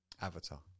Avatar